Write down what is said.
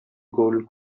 gold